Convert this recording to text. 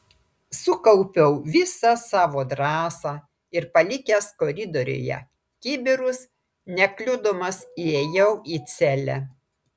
sukaupiau visą savo drąsą ir palikęs koridoriuje kibirus nekliudomas įėjau į celę